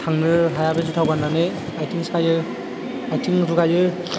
थांनो हाया बे जुथाखौ गान्नानै आइथिं सायो आइथिं रुगायो